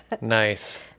Nice